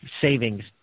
savings